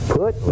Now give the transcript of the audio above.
put